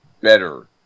better